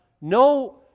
no